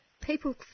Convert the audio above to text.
people